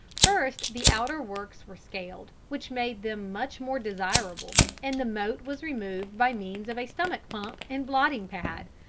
first the outer works were scaled which made them much more desirable, and the moat was removed by means of a stomach-pump and blotting-pad,